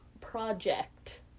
Project